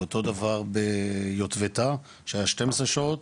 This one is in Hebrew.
ואותו דבר ביוטבתה, שהיה 12 שעות.